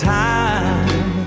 time